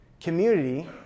Community